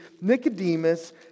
Nicodemus